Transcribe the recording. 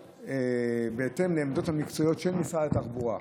בהתאם לעמדות המקצועיות של משרד התחבורה,